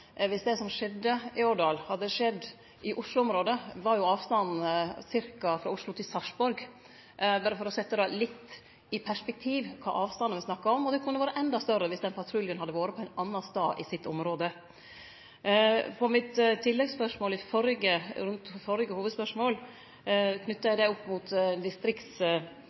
Viss det som skjedde i Årdal, hadde skjedd i Oslo-området, ville avstanden vore ca. frå Oslo til Sarpsborg, berre for å setje litt i perspektiv kva for avstandar me snakkar om. Han kunne vore endå større viss den patruljen hadde vore på ein annan stad i sitt område. I mitt tilleggsspørsmål til førre hovudspørsmål knytte eg det opp mot